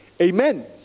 Amen